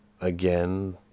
again